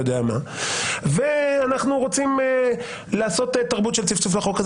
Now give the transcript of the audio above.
יודע מה ואנחנו רוצים לעשות תרבות של צפצוף על החוק.